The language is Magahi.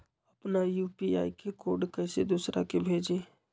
अपना यू.पी.आई के कोड कईसे दूसरा के भेजी?